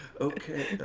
okay